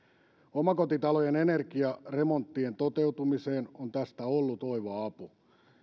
omakotitalojen energiaremonttien toteutumiseen on tästä ollut oiva apu